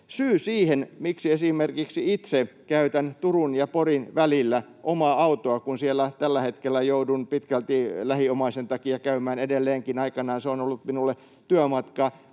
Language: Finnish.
Syy siihen, miksi esimerkiksi itse käytän Turun ja Porin välillä omaa autoa, kun siellä tällä hetkellä joudun pitkälti lähiomaisen takia käymään edelleenkin — aikanaan se on ollut minulle työmatka